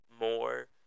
more